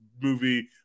movie